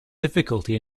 difficulty